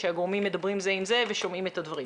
שהגורמים מדברים זה עם זה ושומעים את הדברים.